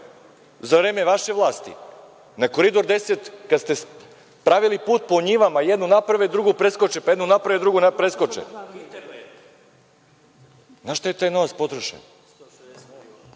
za vreme vaše vlasti? Na Koridor 10, kada ste pravili put po njivama, jednu naprave, drugu preskoče, pa jednu naprave, drugu preskoče? Na šta je taj novac potrošen? Kada